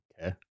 Okay